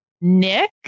Nick